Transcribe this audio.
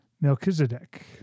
Melchizedek